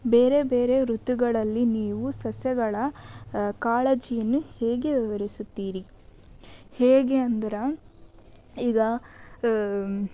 ಬೇರೆ ಬೇರೆ ಋತುಗಳಲ್ಲಿ ನೀವು ಸಸ್ಯಗಳ ಕಾಳಜಿನ್ನು ಹೇಗೆ ವಿವರಿಸುತ್ತೀರಿ ಹೇಗೆ ಅಂದ್ರೆ ಈಗ